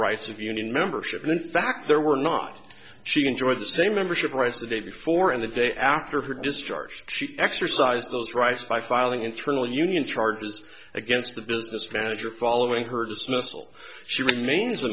rights of union membership and in fact there were not she enjoyed the same membership more as the day before and the day after her discharge she exercise those rights by filing internal union charges against the business manager following her dismissal she remain